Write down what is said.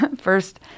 first